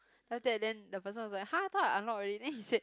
then after that the person was like !huh! I thought I unlock already then he said